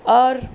اور